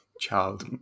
child